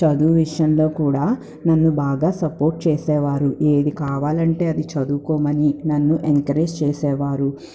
చదువు విషయంలో కూడా నన్ను బాగా సపోర్ట్ చేసేవారు ఏది కావాలంటే అది చదువుకోమని నన్ను ఎంకరేజ్ చేసేవారు